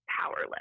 powerless